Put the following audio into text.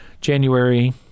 January